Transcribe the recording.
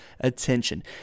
attention